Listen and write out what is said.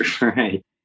Right